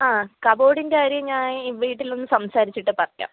ആ കബോർഡിൻ്റെ കാര്യം ഞാൻ വീട്ടിലൊന്ന് സംസാരിച്ചിട്ട് പറയാം